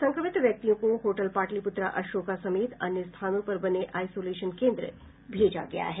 संक्रमित व्यक्तियों को होटल पाटलिप्त्रा अशोका समेत अन्य स्थानों पर बने आईसोलेशन केन्द्र भेजा गया है